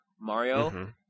Mario